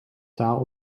taal